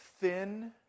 thin